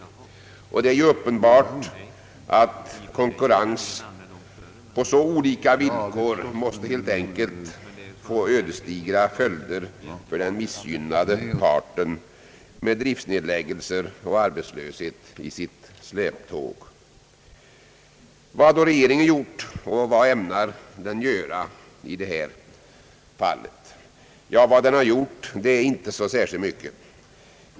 Det är ju uppenbart att konkurrens på så olika villkor helt enkelt måste få ödesdigra följder för den missgynnade parten, med driftsnedläggelser och arbetslöshet i sitt släptåg. Vad har då regeringen gjort, och vad ämnar den göra i detta fall? Vad den har gjort är inte så särskilt mycket.